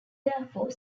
therefore